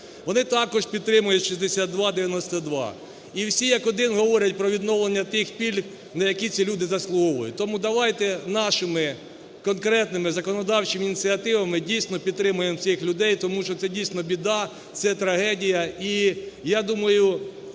Вони також підтримують 6292. І всі, як один, говорять про відновлення тих пільг, на які ці люди заслуговують. Тому давайте нашими конкретними законодавчими ініціативами, дійсно, підтримаємо цих людей, тому що це, дійсно, біда, це трагедія.